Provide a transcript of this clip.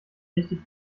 richtig